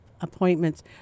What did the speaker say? appointments